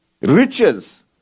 riches